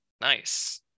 Nice